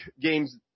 games